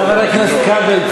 חבר הכנסת כבל,